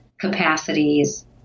capacities